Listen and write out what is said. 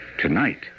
Tonight